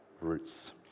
roots